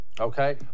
okay